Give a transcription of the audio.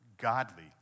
godly